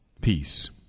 peace